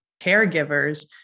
caregivers